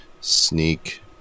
Sneak